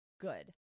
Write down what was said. good